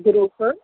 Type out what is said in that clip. ਜ਼ਰੂਰ ਸਰ